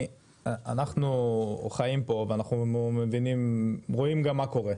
אנחנו חיים פה ואנחנו מבינים ורואים גם מה קורה.